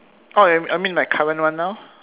oh you I mean my current one now